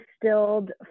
distilled